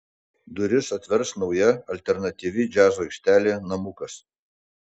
duris atvers nauja alternatyvi džiazo aikštelė namukas